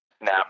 now